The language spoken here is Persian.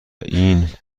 این